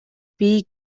бий